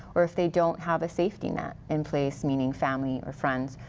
or if they don't have a safety net. in place meaning family or friends.